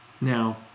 Now